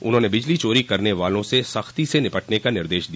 उन्होंने बिजली चोरी करने वालों से सख्ती से निपटने का निर्देश दिया